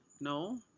No